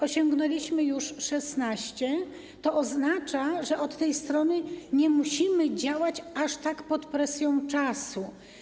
Osiągnęliśmy już 16%, to oznacza, że od tej strony nie musimy działać aż tak pod presją czasu.